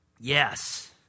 Yes